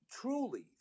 truly